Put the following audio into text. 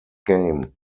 game